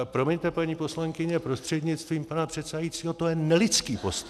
Promiňte, paní poslankyně prostřednictvím pana předsedajícího, to je nelidský postoj.